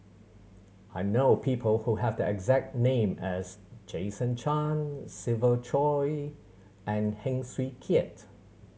I know people who have the exact name as Jason Chan Siva Choy and Heng Swee Keat